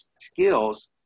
skills